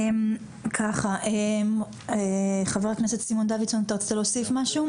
חבר הכנסת סימון דוידסון, אתה רצית להוסיף משהו?